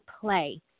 play